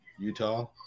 Utah